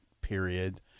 period